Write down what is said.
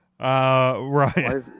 right